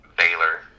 Baylor